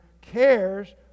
cares